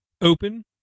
open